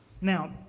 Now